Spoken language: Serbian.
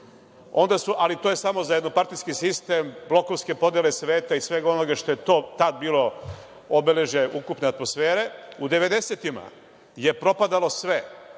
ali to je samo za jednopartijski sistem, lopovske podele sveta i svega onoga što je tada bilo obeležje ukupne atmosfere. U 90-ima je propadalo sve,